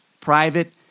private